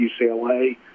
UCLA